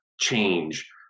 change